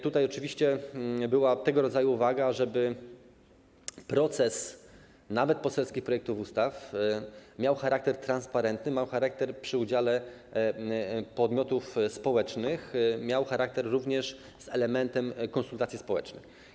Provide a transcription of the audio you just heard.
Tutaj oczywiście była tego rodzaju uwaga, żeby proces, nawet dotyczący poselskich projektów ustaw, miał charakter transparentny, miał charakter procesu z udziałem podmiotów społecznych, miał charakter również procesu z elementem konsultacji społecznych.